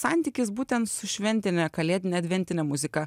santykis būtent su šventine kalėdine adventine muzika